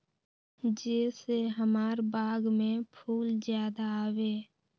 जे से हमार बाग में फुल ज्यादा आवे?